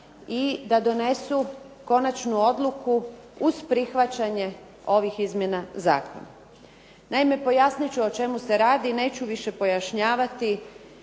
i da donesu konačnu odluku uz prihvaćanje ovih izmjena zakona. Naime, pojasnit ću o čemu se radi, neću više pojašnjavati,